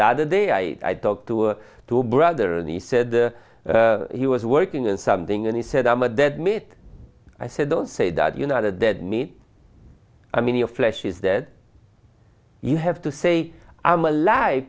the other day i talked to two brother and he said he was working on something and he said i'm a dead meat i said don't say that you know the dead meat i mean your flesh is that you have to say i'm alive